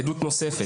עדות נוספת,